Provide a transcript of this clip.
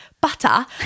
butter